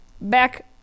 back